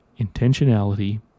intentionality